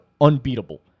unbeatable